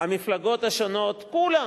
המפלגות השונות, כולן,